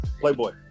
Playboy